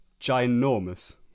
ginormous